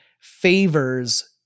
favors